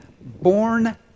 born